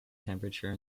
temperature